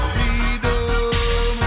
Freedom